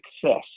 success